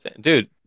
Dude